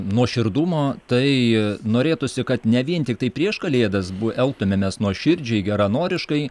nuoširdumo tai norėtųsi kad ne vien tiktai prieš kalėdas bu elgtumėmės nuoširdžiai geranoriškai